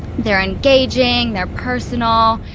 they're engaging their personal.